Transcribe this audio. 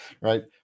Right